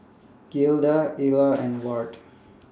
Gilda Ila and Ward